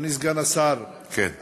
אדוני סגן השר, כן.